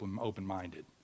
open-minded